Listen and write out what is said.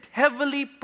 heavily